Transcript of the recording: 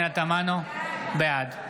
בעד טוב, נעבור לסיבוב השני.